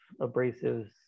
abrasives